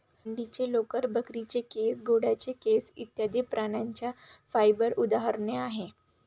मेंढीचे लोकर, बकरीचे केस, घोड्याचे केस इत्यादि प्राण्यांच्या फाइबर उदाहरणे आहेत